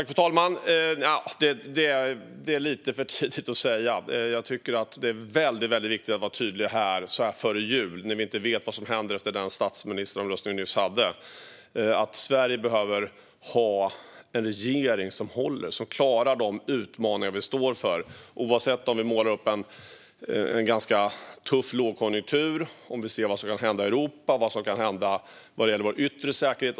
Fru talman! Det är lite för tidigt att säga. Jag tycker att det är väldigt viktigt att vara tydlig så här före jul, när vi inte vet vad som händer efter den statsministeromröstning vi nyss hade. Sverige behöver ha en regering som håller och klarar de utmaningar vi står inför. Det målas upp en bild av en ganska tuff lågkonjunktur. Vi ser vad som kan hända i Europa och vad som kan hända vad gäller vår yttre säkerhet.